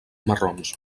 marrons